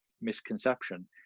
misconception